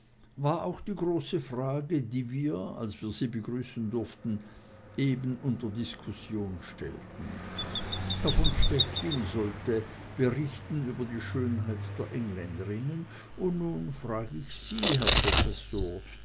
war auch die große frage die wir als wir sie begrüßen durften eben unter diskussion stellten herr von stechlin sollte beichten über die schönheit der engländerinnen und nun frag ich sie herr professor